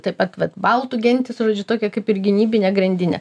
taip pat vat baltų gentys žodžiu tokia kaip ir gynybinė grandinė